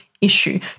issue